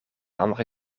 andere